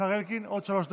השר אלקין, עוד שלוש דקות.